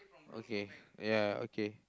okay ya okay